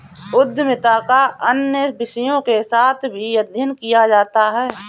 उद्यमिता का अन्य विषयों के साथ भी अध्ययन किया जाता है